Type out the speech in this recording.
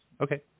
Okay